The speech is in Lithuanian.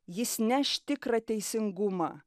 jis neš tikrą teisingumą